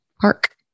Park